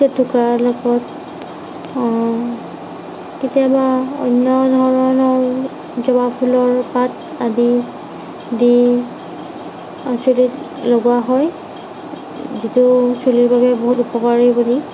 জেতুকাৰ লগত কেতিয়াবা অন্য় ধৰণৰ জবাফুলৰ পাত আদি দি চুলিত লগোৱা হয় যিটো চুলিৰ কাৰণে বহুত উপকাৰী বুলি